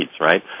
right